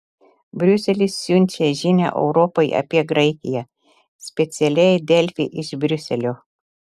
briuselis siunčia žinią europai apie graikiją specialiai delfi iš briuselio